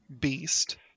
Beast